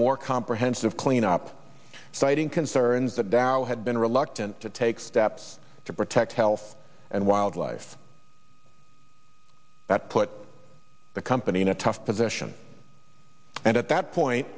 more comprehensive cleanup citing concerns that tao had been reluctant to take steps to protect health and wildlife that put the company in a tough position and at that point